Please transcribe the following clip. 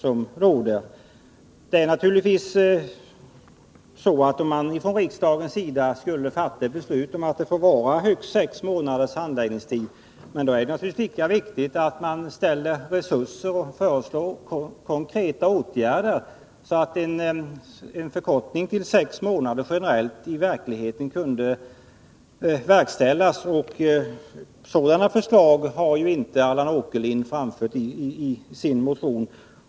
Om riksdagen skulle fatta ett beslut om att det får vara högst sex månaders handläggningstid, är det naturligtvis lika viktigt att man ställer resurser till förfogande och föreslår konkreta åtgärder, så att en förkortning av handläggningstiderna till sex månader kan bli verklighet. Några sådana förslag har Allan Åkerlind inte framfört i sin motion.